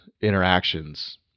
interactions